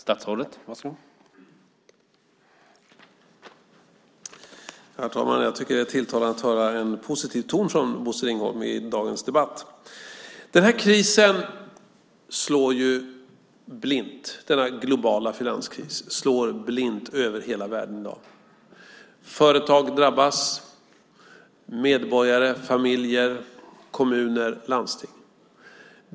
Herr talman! Det är tilltalande att höra en positiv ton från Bosse Ringholm i dagens debatt. Denna globala finanskris slår blint över hela världen i dag. Företag drabbas liksom medborgare, familjer, kommuner och landsting.